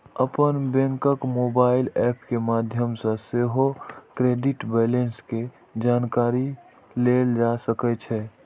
अपन बैंकक mobile app के माध्यम सं सेहो क्रेडिट बैंलेंस के जानकारी लेल जा सकै छै